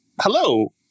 hello